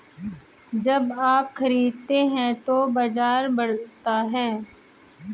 जब आप खरीदते हैं तो बाजार बढ़ता है